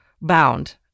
bound